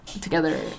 together